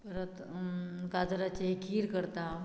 परत गाजराचे खीर करता